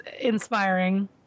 inspiring